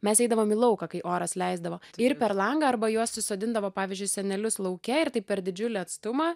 mes eidavom į lauką kai oras leisdavo ir per langą arba juos susodindavo pavyzdžiui senelius lauke ir taip per didžiulį atstumą